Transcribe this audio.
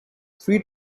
three